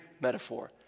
metaphor